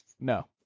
No